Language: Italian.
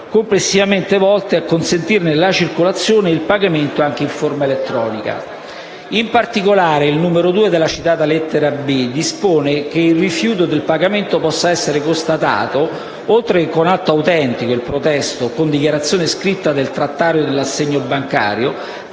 complessivamente volte a consentirne la circolazione e il pagamento anche in forma elettronica. In particolare, il numero 2 della citata lettera *b)* dispone che il rifiuto del pagamento possa essere constatato oltre che con atto autentico (protesto o dichiarazione del trattario dell'assegno bancario)